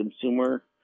consumer